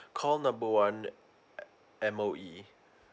call number one M_O_E